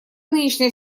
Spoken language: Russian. нынешняя